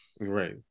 Right